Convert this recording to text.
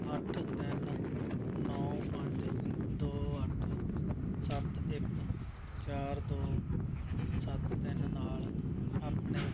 ਅੱਠ ਤਿੰਨ ਨੌਂ ਪੰਜ ਦੋ ਅੱਠ ਸੱਤ ਇੱਕ ਚਾਰ ਦੋ ਸੱਤ ਤਿੰਨ ਨਾਲ ਆਪਣੇ